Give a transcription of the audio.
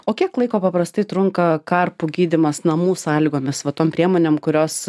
o kiek laiko paprastai trunka karpų gydymas namų sąlygomis va tom priemonėm kurios